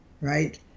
right